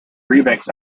remix